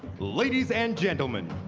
ladies and gentlemen,